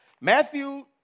Matthew